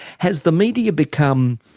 has the media become,